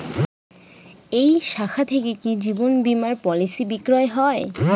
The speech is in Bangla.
এই শাখা থেকে কি জীবন বীমার পলিসি বিক্রয় হয়?